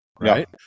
right